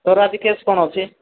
ତୋର ଆଜି କେସ୍ କ'ଣ ଅଛି